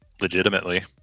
legitimately